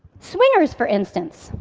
swingers for instance,